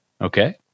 Okay